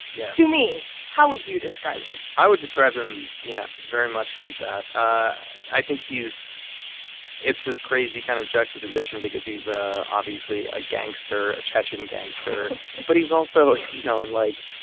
yes. to me. how would you describe him? i would describe him yeah very much like that. i think he's it's this crazy kind of juxtaposition because he's a obviously a gangster, a chechen gangster but he's also, you know, in, like,